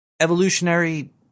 evolutionary